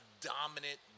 dominant –